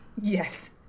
Yes